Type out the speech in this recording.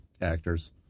actors